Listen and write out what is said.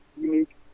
unique